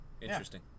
Interesting